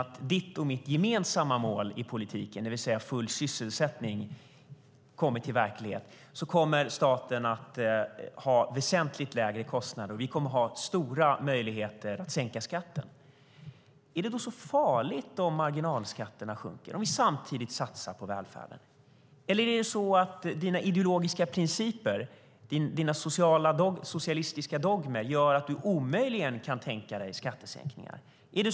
Om ditt och mitt gemensamma mål i politiken, det vill säga full sysselsättning, kommer att bli verklighet, kommer staten att ha väsentligt lägre kostnader. Vi kommer att ha stora möjligheter att sänka skatten. Är det då så farligt om marginalskatterna sjunker om vi samtidigt satsar på välfärden? Eller gör dina ideologiska principer, dina socialistiska dogmer, att du omöjligen kan tänka dig skattesänkningar?